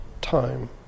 time